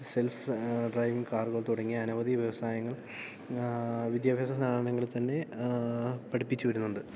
self driving കാറുകൾ തുടങ്ങിയ അനവധി വ്യവസായങ്ങൾ വിദ്യാഭ്യാസ സ്ഥാപനങ്ങളിൽ തന്നെ പഠിപ്പിച്ചു വരൂന്നുണ്ട്